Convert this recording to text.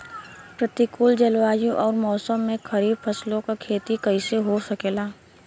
प्रतिकूल जलवायु अउर मौसम में खरीफ फसलों क खेती कइसे हो सकेला?